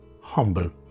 humble